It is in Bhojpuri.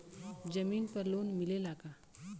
जमीन पर लोन मिलेला का?